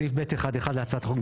בסעיף (ב1)(1) להצעת החוק,